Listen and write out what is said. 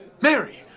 Mary